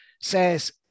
says